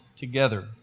together